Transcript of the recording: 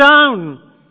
down